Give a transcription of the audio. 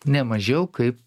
ne mažiau kaip